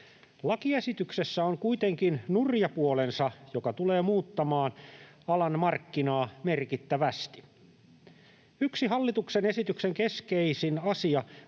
Lakiesityksessä on kuitenkin nurja puolensa, joka tulee muuttamaan alan markkinaa merkittävästi. Yksi hallituksen esityksen keskeisin asia on